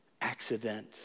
accident